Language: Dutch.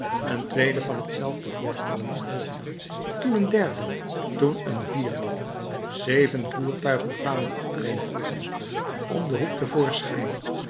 een tweede van t zelfde voorkomen volgde toen een derde toen een vierde zeven voertuigen kwamen achtereenvolgens om den hoek